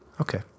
Okay